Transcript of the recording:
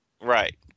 Right